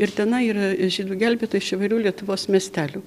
ir tenai yra žydų gelbėtojai iš įvairių lietuvos miestelių